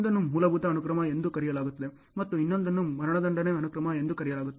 ಒಂದನ್ನು ಮೂಲಭೂತ ಅನುಕ್ರಮ ಎಂದು ಕರೆಯಲಾಗುತ್ತದೆ ಮತ್ತು ಇನ್ನೊಂದನ್ನು ಮರಣದಂಡನೆ ಅನುಕ್ರಮ ಎಂದು ಕರೆಯಲಾಗುತ್ತದೆ